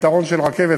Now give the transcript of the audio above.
היתרון של רכבת,